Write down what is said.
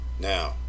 now